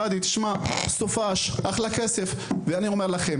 פאדי תשמע סופ"ש אחלה כסף ואני אומר לכם